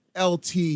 LT